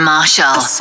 Marshall